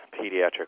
pediatric